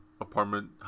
apartment